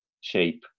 shape